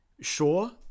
sure